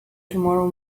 tomorrow